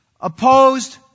opposed